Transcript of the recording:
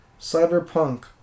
Cyberpunk